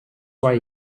why